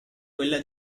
quella